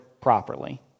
properly